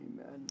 Amen